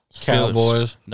Cowboys